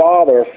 Father